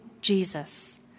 Jesus